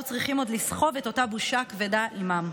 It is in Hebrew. צריכים עוד לסחוב את אותה בושה כבדה עימם.